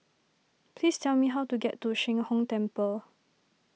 please tell me how to get to Sheng Hong Temple